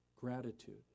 Gratitude